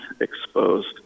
exposed